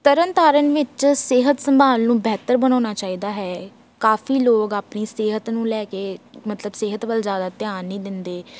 ਤਰਨ ਤਾਰਨ ਵਿੱਚ ਸਿਹਤ ਸੰਭਾਲ ਨੂੰ ਬਿਹਤਰ ਬਣਾਉਣਾ ਚਾਹੀਦਾ ਹੈ ਕਾਫੀ ਲੋਕ ਆਪਣੀ ਸਿਹਤ ਨੂੰ ਲੈ ਕੇ ਮਤਲਬ ਸਿਹਤ ਵੱਲ ਜ਼ਿਆਦਾ ਧਿਆਨ ਨਹੀਂ ਦਿੰਦੇ